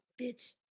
bitch